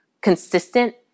consistent